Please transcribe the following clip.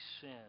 sin